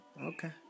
okay